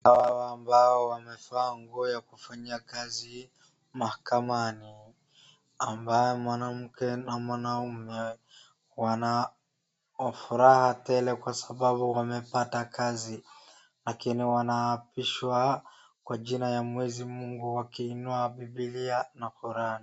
Hawa ambao wanavaa nguo ya kufanyia kazi mahakamani. Ambao mwanamke na mwanaume wanafuraha tele kwa sababu wamepata kazi lakini wanapishwa kwa jina ya mwenyezi Mungu wakinua Bibilia na Koran.